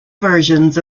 versions